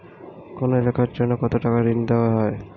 কোন এলাকার জন্য কত টাকা ঋণ দেয়া হয়?